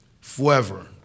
forever